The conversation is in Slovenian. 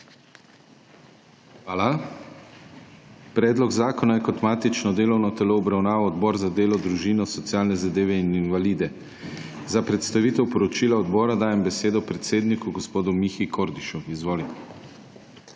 Hvala. Predlog zakona je kot matično delovno telo obravnaval Odbor za delo, družino, socialne zadeve in invalide. Za predstavitev poročila odbora dajem besedo predsedniku gospodu Mihi Kordišu. Izvoli.